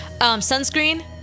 sunscreen